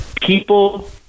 people –